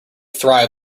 thrive